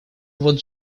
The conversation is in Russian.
вот